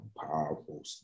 powerful